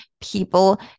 people